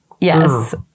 Yes